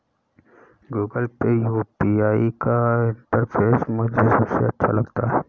Google Pay UPI का interface मुझे सबसे अच्छा लगता है